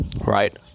right